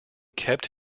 kept